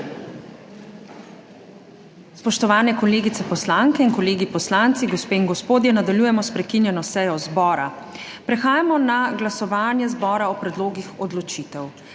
Spoštovane kolegice poslanke in kolegi poslanci, gospe in gospodje! Nadaljujemo s prekinjeno sejo zbora. Prehajamo na glasovanje zbora o predlogih odločitev.